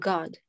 God